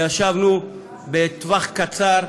ישבנו בטווח קצר,